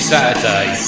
Saturday